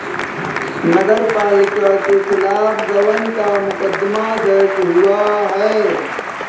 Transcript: नगर पालिका के खिलाफ गबन का मुकदमा दर्ज हुआ है